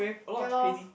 ya lor